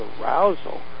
arousal